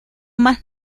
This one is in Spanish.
más